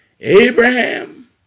Abraham